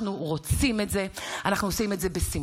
אנחנו רוצים את זה, אנחנו עושים את זה בשמחה,